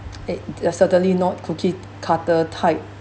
it th~ certainly not cookie-cutter type